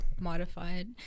modified